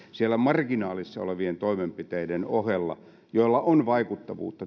siellä marginaalissa olevien toimenpiteiden ohella joilla on vaikuttavuutta